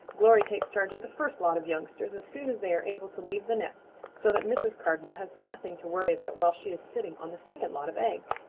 glory takes charge of the first lot of youngsters as soon as they are able to leave the nest so that mrs. cardinal has nothing to worry about while she is sitting on the second lot of eggs.